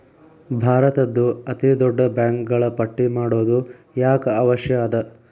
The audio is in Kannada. ಭಾರತದ್ದು ಅತೇ ದೊಡ್ಡ ಬ್ಯಾಂಕುಗಳ ಪಟ್ಟಿ ಮಾಡೊದು ಯಾಕ್ ಅವಶ್ಯ ಅದ?